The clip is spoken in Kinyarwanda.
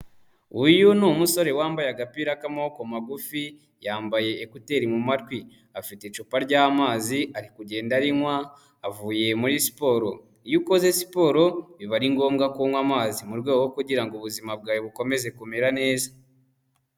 Uyu ni umusore wambaye agapira k'amaboko magufi, yambaye ekuteri mu matwi, afite icupa ryamazi ari kugenda arinywa, avuye muri siporo, iyo ukoze siporo biba ari ngombwa kunywa amazi, mu rwego rwo kugira ngo ubuzima bwawe bukomeze kumera neza.